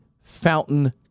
fountain